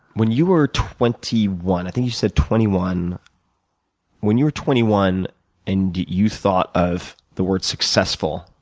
when you were twenty one i think you said twenty one when you were twenty one and you thought of the word successful,